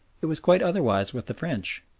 it was quite otherwise with the french.